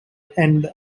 end